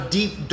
deep